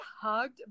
hugged